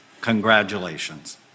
Congratulations